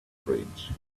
bridge